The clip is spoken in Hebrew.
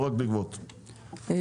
בבקשה.